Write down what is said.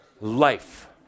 life